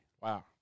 Wow